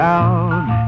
out